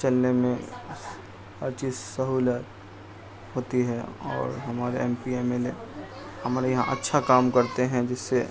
چلنے میں ہر چیز سہولت ہوتی ہے اور ہمارے ایم پی ایم ایل اے ہمارے یہاں اچھا کام کرتے ہیں جس سے